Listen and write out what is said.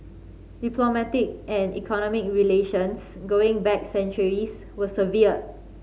diplomatic and economic relations going back centuries were severed